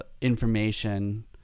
information